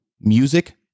music